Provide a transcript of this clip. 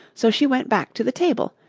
so she went back to the table,